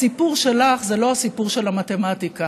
הסיפור שלך זה לא הסיפור של המתמטיקה.